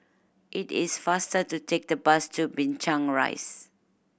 it is faster to take the bus to Binchang Rise